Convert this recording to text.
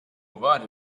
vari